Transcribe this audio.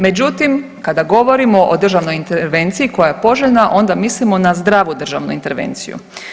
Međutim, kada govorimo o državnoj intervenciji koja je poželjna onda mislimo na zdravu državnu intervenciju.